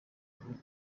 haruguru